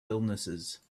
illnesses